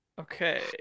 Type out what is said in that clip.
Okay